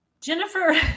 Jennifer